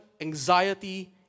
anxiety